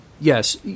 yes